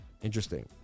Interesting